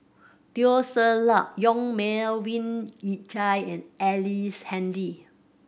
Teo Ser Luck Yong Melvin Yik Chye and Ellice Handy